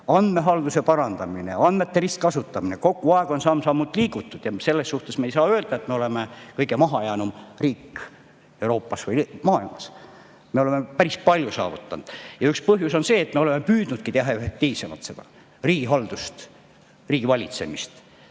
andmehalduse parandamine, andmete ristkasutamine – kogu aeg on samm-sammult edasi liigutud. Me ei saa öelda, et me oleme kõige mahajäänum riik Euroopas või maailmas. Me oleme päris palju saavutanud. Üks põhjus on see, et me oleme püüdnud teha efektiivsemaks seda riigihaldust, riigivalitsemist,